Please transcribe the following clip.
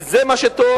כי זה מה שטוב,